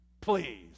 Please